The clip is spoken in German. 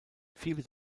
viele